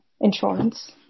insurance